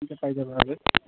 পাই যাবা আৰু